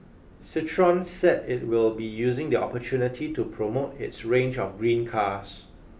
Citroen said it will be using the opportunity to promote its range of green cars